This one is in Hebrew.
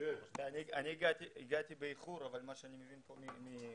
אני הגעתי באיחור אבל מה שאני מבין כאן מחבריי,